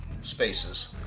spaces